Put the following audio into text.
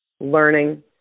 learning